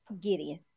Gideon